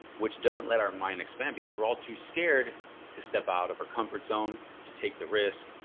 which doesn't let our mind expand because we're all too scared to step out of our comfort zone, to take the risk,